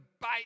bite